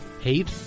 hate